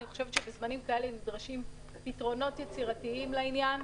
בזמנים כאלה נדרשים פתרונות יצירתיים בעניין.